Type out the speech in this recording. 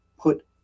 put